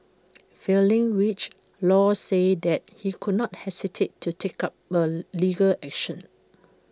failing which law said that he could not hesitate to take up A legal action